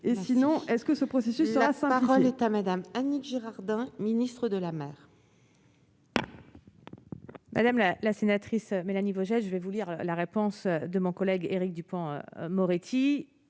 et sinon, est ce que ce processus. L'état Madame Annick Girardin, ministre de la mer. Madame la la sénatrice Mélanie Vogel, je vais vous lire la réponse de mon collègue Éric Dupont-Moretti,